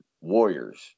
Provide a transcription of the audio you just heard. warriors